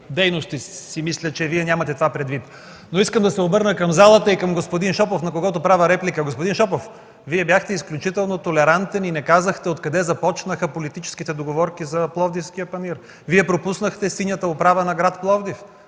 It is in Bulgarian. дейности. Мисля, че и Вие нямате това предвид. Искам да се обърна към залата и към господин Шопов, на когото правя реплика. Господин Шопов, Вие бяхте изключително толерантен и не казахте откъде започнаха политическите договорки за Пловдивския панаир. Вие пропуснахте синята управа на град Пловдив,